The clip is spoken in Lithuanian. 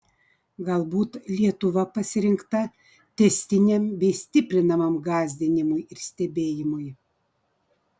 galbūt lietuva pasirinkta tęstiniam bei stiprinamam gąsdinimui ir stebėjimui